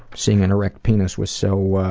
seeing an erect penis was so